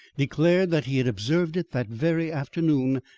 declared that he had observed it that very afternoon,